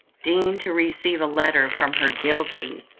deign to receive a letter from her guilty,